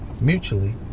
Mutually